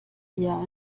jahr